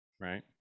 right